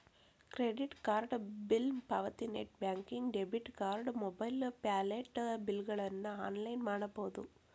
credit card bill ಪಾವತಿ net banking debit card mobile wallet ಬಿಲ್ಗಳನ್ನ online ಮಾಡಬೋದ್